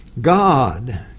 God